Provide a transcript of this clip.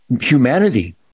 humanity